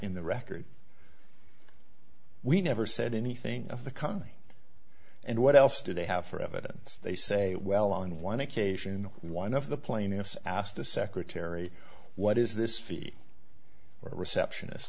in the record we never said anything of the company and what else did they have for evidence they say well on one occasion one of the plaintiffs asked the secretary what is this fee for a receptionist